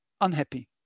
unhappy